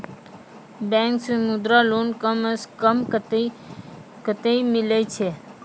Bank से Mudra loan कम सऽ कम कतैय मिलैय छै?